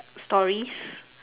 stories